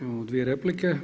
Imamo dvije replike.